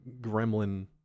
gremlin